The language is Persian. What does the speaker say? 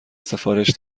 سفارش